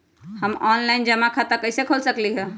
हम ऑनलाइन जमा खाता कईसे खोल सकली ह?